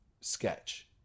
sketch